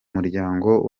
muryango